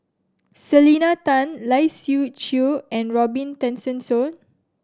Selena Tan Lai Siu Chiu and Robin Tessensohn